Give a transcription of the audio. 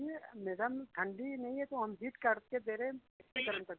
नई मैडम ठंडी नहीं है तो हम ज़िद्द करके दे रहे हैं इसको गर्म कर दो